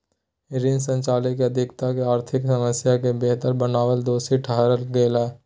ऋण संचयन के अधिकता के आर्थिक समस्या के बेहतर बनावेले दोषी ठहराल गेलय